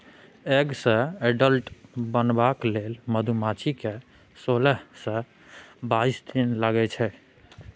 egg सँ adult बनबाक लेल मधुमाछी केँ सोलह सँ बाइस दिन लगै छै